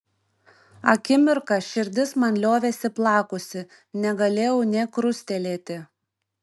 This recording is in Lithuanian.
akimirką širdis man liovėsi plakusi negalėjau nė krustelėti